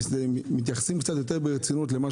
אם הייתם מתייחסים קצת יותר ברצינות למה